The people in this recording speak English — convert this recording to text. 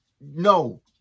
No